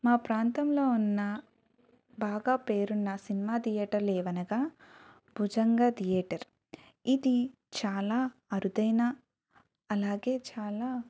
మా ప్రాంతంలో ఉన్న బాగా పేరున్న సినిమా థియేటర్లేవనగా బుజంగ థియేటర్ ఇది చాలా అరుదైన అలాగే చాలా